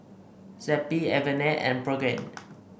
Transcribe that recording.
Zappy Avene and Pregain